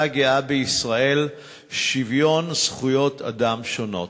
הגאה בישראל שוויון זכויות אדם שונות.